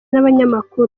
n’abanyamakuru